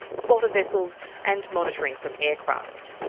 spotter vessels and monitoring from aircraft.